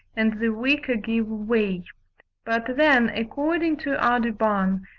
and the weaker give way but then, according to audubon,